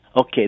Okay